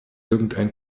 irgendein